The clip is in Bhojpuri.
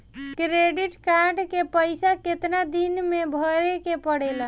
क्रेडिट कार्ड के पइसा कितना दिन में भरे के पड़ेला?